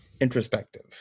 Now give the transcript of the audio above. introspective